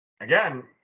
again